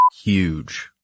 huge